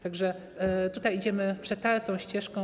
Tak że tutaj idziemy przetartą ścieżką.